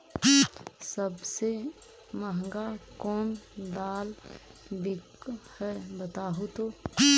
सबसे महंगा कोन दाल बिक है बताहु तो?